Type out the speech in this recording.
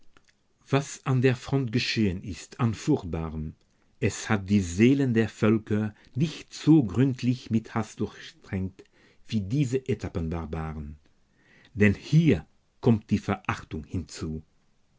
was an der front geschehen ist an furchtbarem es hat die seelen der völker nicht so gründlich mit haß durchtränkt wie diese etappenbarbaren denn hier kommt die verachtung hinzu